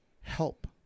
help